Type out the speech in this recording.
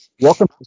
Welcome